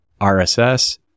RSS